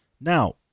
Now